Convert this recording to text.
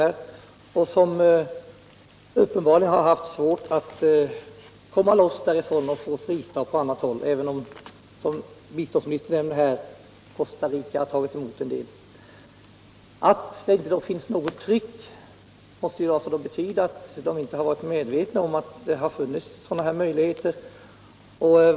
De har uppenbarligen haft svårt att komma loss därifrån och få en fristad på annat håll, även om, som biståndsministern nämner, Costa Rica har tagit emot en del. Att det inte finns något tryck måste betyda att de inte har varit medvetna om att det har funnits sådana här möjligheter.